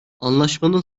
anlaşmanın